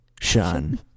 Shun